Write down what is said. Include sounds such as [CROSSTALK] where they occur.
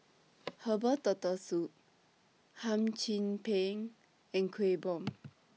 [NOISE] Herbal Turtle Soup Hum Chim Peng and Kueh Bom